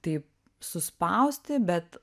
taip suspausti bet